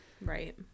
Right